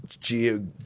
geo